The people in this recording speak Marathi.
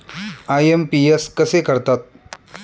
आय.एम.पी.एस कसे करतात?